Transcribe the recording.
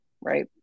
right